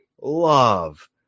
love